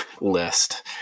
list